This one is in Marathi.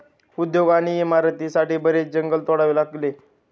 उद्योग आणि इमारतींसाठी बरेच जंगल तोडावे लागले